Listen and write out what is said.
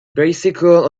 bicycle